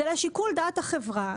זה לשיקול דעת החברה.